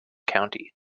county